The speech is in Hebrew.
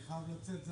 אני חייב לצאת,